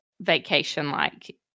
vacation-like